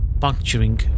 puncturing